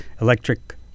electric